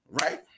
right